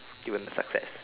still in the success